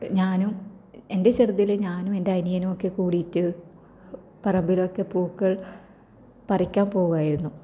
ഞാനും എൻ്റെ ചെറുതിലെ ഞാനും എൻ്റെ അനിയനൊക്കെ കൂടിയിട്ട് പറമ്പിലൊക്കെ പൂക്കൾ പറിക്കാൻ പോവുമായിരുന്നു